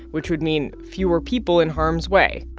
which would mean fewer people in harm's way.